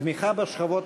תמיכה בשכבות